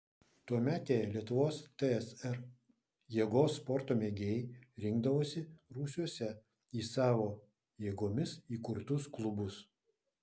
tuometėje lietuvos tsr jėgos sporto mėgėjai rinkdavosi rūsiuose į savo jėgomis įkurtus klubus